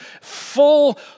full